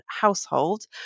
household